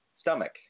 stomach